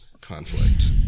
conflict